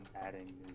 adding